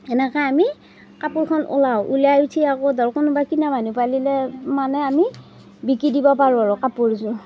এনেকৈ আমি কাপোৰখন ওলাও ওলাই উঠি আকৌ ধৰক কোনোবা কিনা মানুহ পালে মানে আমি বিকি দিব পাৰোঁ আৰু কাপোৰযোৰ